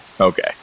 Okay